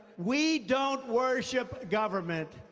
we don't worship government.